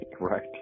Right